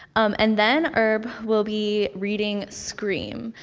and then herb will be reading scream,